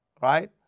right